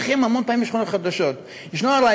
המון פעמים אנחנו לא צריכים שכונות חדשות.